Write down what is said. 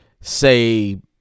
say